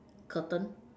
curtain